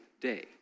day